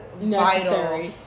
vital